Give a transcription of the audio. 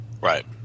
Right